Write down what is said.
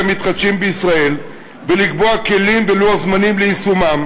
מתחדשים בישראל ולקבוע כלים ולוח זמנים ליישומם,